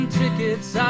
tickets